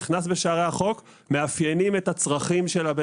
אני מבקשת לוותר על "מי מטעמם" כי זה אומר אפשרות להפרטה רשותית.